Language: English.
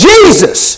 Jesus